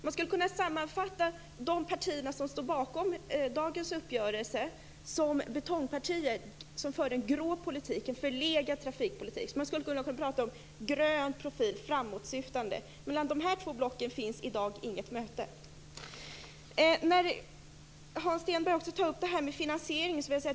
Man skulle kunna sammanfatta de partier som står bakom dagens uppgörelse som betongpartier, som för en grå och förlegad trafikpolitik. Vi har en grön profil och för en framåtsyftande politik. Mellan de här två blocken finns i dag inget möte. Hans Stenberg tog upp detta med finansieringen.